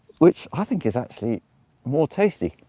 which i think is actually more tasty.